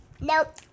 Nope